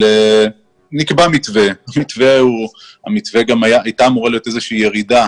נקבע מתווה, הייתה אמורה להיות איזושהי ירידה